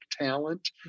talent